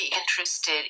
interested